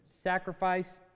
sacrifice